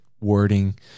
wording